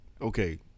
Okay